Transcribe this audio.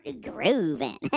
grooving